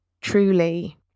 truly